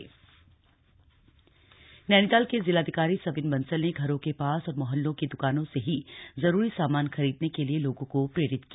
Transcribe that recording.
lockdown असर नैनीताल के जिलाधिकारी सविन बंसल ने घरों के पास और मोहल्लों की द्कानों से ही जरूरी सामान खरीदने के लिए लोगों को प्रेरित किया